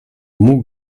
mógł